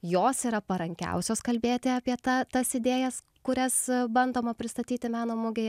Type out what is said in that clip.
jos yra parankiausios kalbėti apie tą tas idėjas kurias bandoma pristatyti meno mugėje